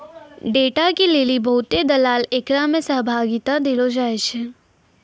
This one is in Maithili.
डेटा के लेली बहुते दलाल एकरा मे सहभागिता देलो जाय छै